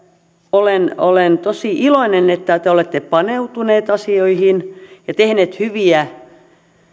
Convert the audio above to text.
olen olen tosi iloinen että te olette paneutuneet asioihin ja tehneet hyviä